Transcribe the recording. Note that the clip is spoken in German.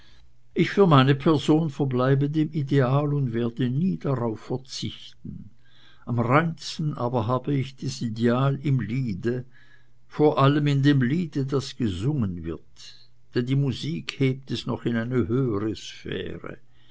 ich für meine person verbleibe dem ideal und werde nie darauf verzichten am reinsten aber hab ich das ideal im liede vor allem in dem liede das gesungen wird denn die musik hebt es noch in eine höhere sphäre